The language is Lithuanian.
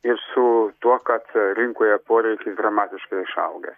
ir su tuo kad rinkoje poreikis dramatiškai išauga